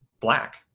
Black